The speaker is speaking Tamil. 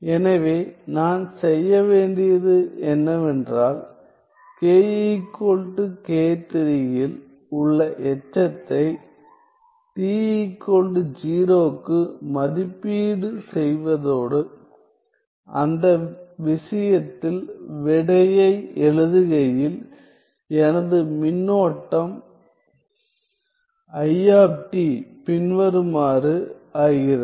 எனவே நான் செய்ய வேண்டியது என்னவென்றால் k k3 இல் உள்ள எச்சத்தை t 0 க்கு மதிப்பீடு செய்வதோடு அந்த விஷயத்தில் விடையை எழுதுகையில் எனது மின்னோட்டம் t பின்வருமாறு ஆகிறது